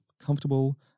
comfortable